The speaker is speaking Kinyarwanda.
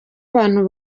abantu